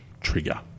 trigger